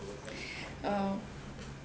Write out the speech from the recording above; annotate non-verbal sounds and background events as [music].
[breath] um